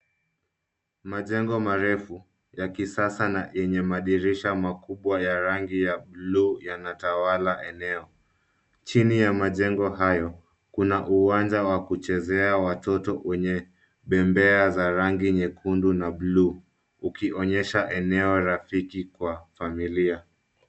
Majengo marefu ya kisasa na yenye madirisha makubwa ya rangi ya buluu yanatawala eneo . Chini ya majengo hayo, kuna uwanja wa kuchezea watoto wenye bembea za rangi nyekundu na buluu, ukionyesha eneo rafiki kwa familia.